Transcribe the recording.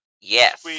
Yes